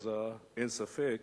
אז אין ספק